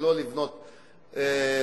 ולא לבנות לרוחב,